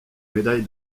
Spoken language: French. médaille